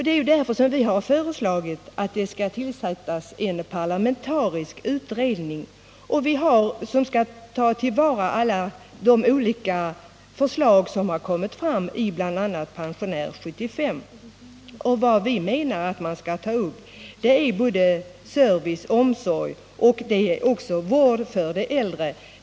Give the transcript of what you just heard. Det är därför vi har föreslagit att det skall tillsättas en parlamentarisk utredning som skall ta till vara alla de olika förslag som har kommit fram i bl.a. Pensionär 75. Vad vi menar att man skall ta upp är service, omsorg och vård för de äldre.